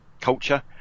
culture